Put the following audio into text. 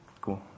Cool